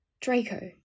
Draco